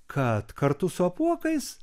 kad kartu su apuokais